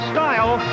Style